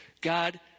God